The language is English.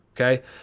okay